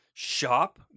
shop